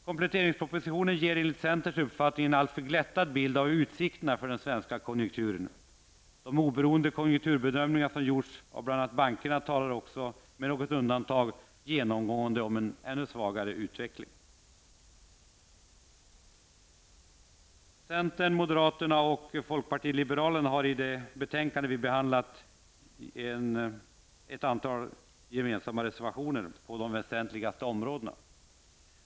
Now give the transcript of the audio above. Kompletteringspropositionen ger enligt centerns uppfattning en alltför glättad bild av utsikterna för den svenska konjunkturen. De oberoende konjunkturbedömningar som gjorts bl.a. av bankerna talar också med något undantag genomgående om en ännu svagare utveckling. Centern, moderata samlingspartiet och folkpartiet liberalerna har i det betänkande som vi nu behandlar ett antal gemensamma reservationer på de väsentligaste områdena.